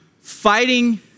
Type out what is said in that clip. fighting